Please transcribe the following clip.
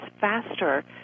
faster